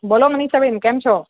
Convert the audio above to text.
બોલો મનીષાબેન કેમ છો